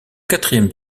quatrième